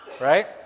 right